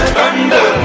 Thunder